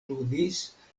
ludis